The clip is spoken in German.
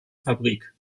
fabrik